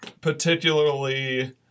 particularly